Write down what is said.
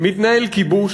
מתנהל כיבוש.